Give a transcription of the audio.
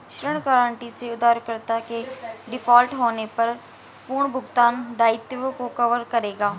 ऋण गारंटी से उधारकर्ता के डिफ़ॉल्ट होने पर पुनर्भुगतान दायित्वों को कवर करेगा